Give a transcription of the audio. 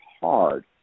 hard